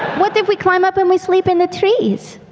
what if we climb up and we sleep in the trees?